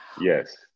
Yes